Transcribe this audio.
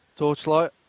Torchlight